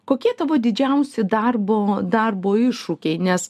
kokie tavo didžiausi darbo darbo iššūkiai nes